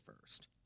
first